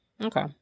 okay